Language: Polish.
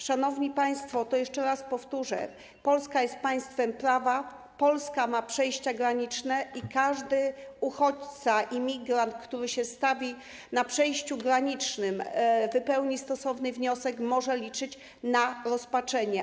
Szanowni państwo, to jeszcze raz powtórzę, że Polska jest państwem prawa, Polska ma przejścia graniczne i każdy uchodźca, imigrant, który stawi się na przejściu granicznym, wypełni stosowny wniosek, może liczyć na jego rozpatrzenie.